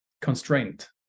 constraint